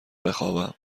بخوابم